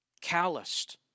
calloused